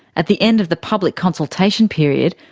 at the end of the public consultation period,